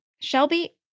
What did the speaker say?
Shelby